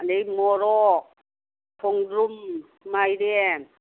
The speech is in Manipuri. ꯑꯗꯩ ꯃꯣꯔꯣꯛ ꯈꯣꯡꯗ꯭ꯔꯨꯝ ꯃꯥꯏꯔꯦꯟ